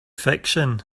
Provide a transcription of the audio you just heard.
fiction